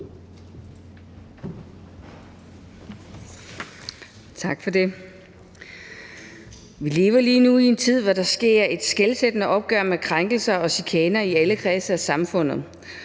Tak for det. Vi lever lige nu i en tid, hvor der sker et skelsættende opgør med krænkelser og chikaner i alle kredse af samfundet.